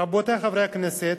רבותי חברי הכנסת,